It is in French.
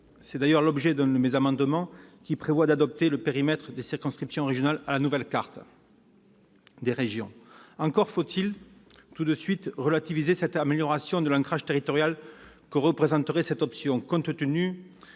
C'est d'ailleurs l'objet de l'un des amendements que j'ai déposés, et qui vise à adapter le périmètre des circonscriptions régionales à la nouvelle carte des régions. Il faut toutefois relativiser l'amélioration de l'ancrage territorial que représenterait cette option compte tenu